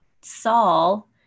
Saul